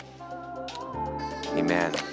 Amen